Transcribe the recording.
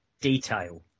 detail